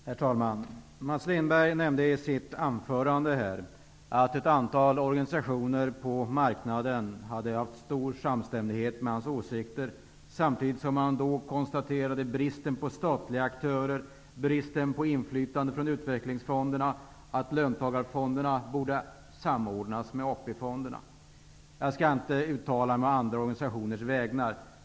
Herr talman! Mats Lindberg nämnde i sitt anförande att ett antal organisationer på marknaden hade instämt i hans åsikter, samtidigt som han konstaterade bristen på statliga aktörer, bristen på inflytande från utvecklingsfonderna och att löntagarfonderna borde samordnas med AP fonderna. Jag skall inte uttala mig på andra organisationers vägnar.